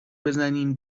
بزنین